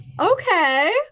Okay